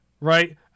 right